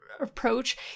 approach